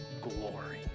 glory